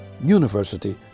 University